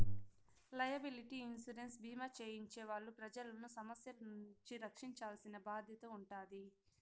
liability insurance భీమా చేయించే వాళ్ళు ప్రజలను సమస్యల నుండి రక్షించాల్సిన బాధ్యత ఉంటాది